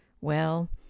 Well